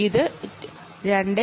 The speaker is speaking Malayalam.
ഇത് 2